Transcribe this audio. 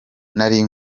nari